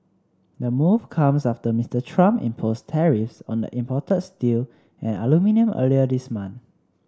the move comes after Mister Trump imposed tariffs on the imported steel and aluminium earlier this month